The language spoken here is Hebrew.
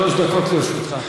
שלוש דקות לרשותך.